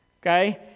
Okay